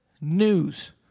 news